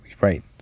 right